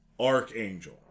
Archangel